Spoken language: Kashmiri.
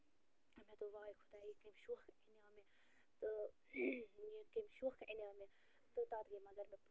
مےٚ دوٚپ واے خۅدایا یہِ کَمہِ شوقہٕ انیٛاے مےٚ تہٕ مےٚ کَمہِ شوقہٕ انیٛاے مےٚ تہٕ تتھ گٔے مگر پَتہٕ پرٛابلِم